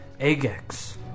Agex